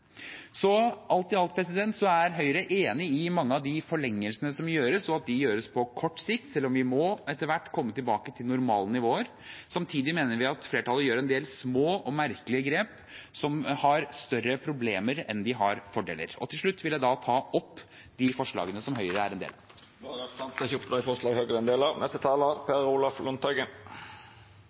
Så alt i alt er Høyre enig i mange av de forlengelsene som gjøres, og at de gjøres på kort sikt, selv om vi etter hvert må komme tilbake til normale nivåer. Samtidig mener vi at flertallet gjør en del små og merkelige grep som har større problemer enn de har fordeler. Til slutt vil jeg ta opp de forslagene som Høyre er en del av.